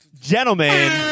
gentlemen